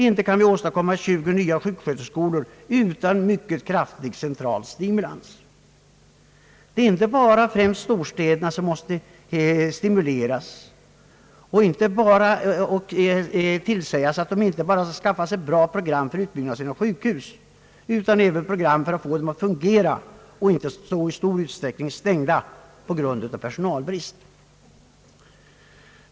Inte kan vi åstadkomma 20 nya sjuksköterskeskolor utan en mycket kraftig central rekommendation. Storstäderna måste främst påverkas att inte bara skaffa sig bra program för utbyggnad av sina sjukhus utan även program som gör att de fungerar och inte i så stor utsträckning är stängda på grund av just personalbrist.